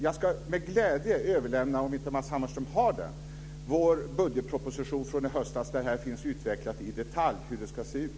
Jag ska med glädje till Matz Hammarström överlämna vårt budgetförslag från i höstas, om han inte redan har det. Där är det i detalj utvecklat hur detta ska se ut.